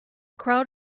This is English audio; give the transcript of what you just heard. crowd